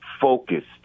focused